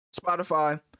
Spotify